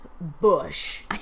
bush